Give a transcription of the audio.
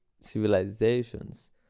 civilizations